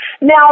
Now